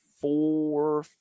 four